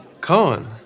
Cohen